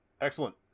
Excellent